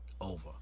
over